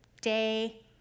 day